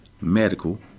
medical